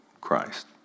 Christ